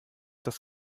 das